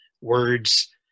words